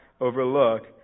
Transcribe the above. overlook